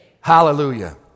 Hallelujah